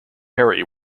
harry